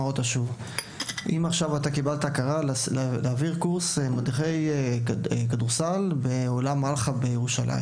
עכשיו אתה קיבלת הכרה להעביר קורס מדריכי כדורסל באולם מלחה בירושלים